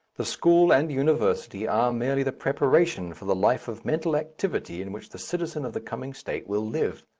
the school and university are merely the preparation for the life of mental activity in which the citizen of the coming state will live.